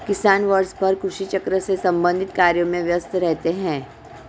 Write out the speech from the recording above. किसान वर्षभर कृषि चक्र से संबंधित कार्यों में व्यस्त रहते हैं